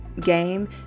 Game